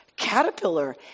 caterpillar